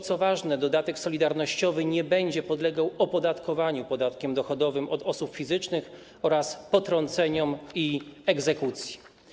Co ważne, dodatek solidarnościowy nie będzie podlegał opodatkowaniu podatkiem dochodowym od osób fizycznych oraz potrąceniom i egzekucji.